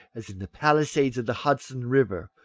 as in the palisades of the hudson river,